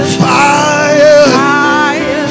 fire